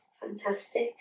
Fantastic